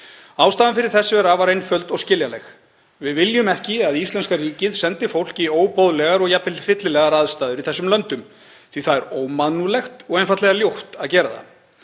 Ástæðan fyrir þessu er afar einföld og skiljanleg. Við viljum ekki að íslenska ríkið sendi fólk í óboðlegar og jafnvel hryllilegar aðstæður í þessum löndum því að það er ómannúðlegt og einfaldlega ljótt að gera það.